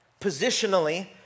positionally